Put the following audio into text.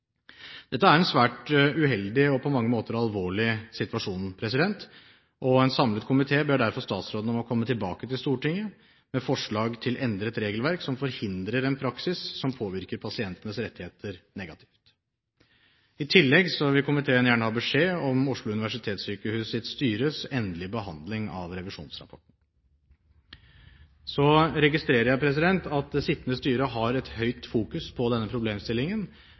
Dette er en svært uheldig og på mange måter alvorlig situasjon. En samlet komité ber derfor statsråden om å komme tilbake til Stortinget med forslag til endret regelverk som forhindrer en praksis som påvirker pasientenes rettigheter negativt. I tillegg vil komiteen gjerne ha beskjed om Oslo universitetssykehus' styres endelige behandling av revisjonsrapporten. Så registrerer jeg at det sittende styret fokuserer sterkt på denne problemstillingen.